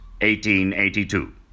1882